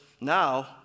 now